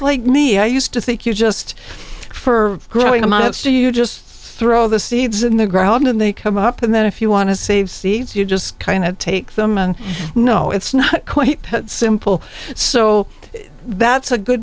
like me i used to think you just for growing amounts to you just throw the seeds in the ground and they come up and then if you want to save seeds you just kind of take them and no it's not quite that simple so that's a good